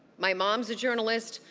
my mom's a journalist.